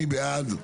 מי בעד?